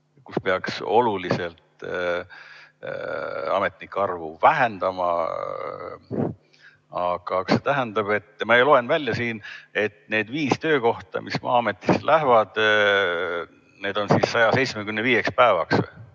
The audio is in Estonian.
kus peaks oluliselt ametnike arvu vähendama, kas see tähendab, ma loen välja siit, et need viis töökohta, mis Maa-ametisse lähevad, need on 175 päevaks. Või